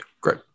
Great